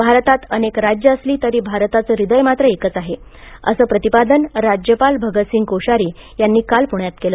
भारतात अनेक राज्य असली तरी भारताचे हृदय मात्र एकच आहे असे प्रतिपादन राज्यपाल भगतसिंग कोश्यारी यांनी काल पुण्यात केले